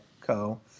Co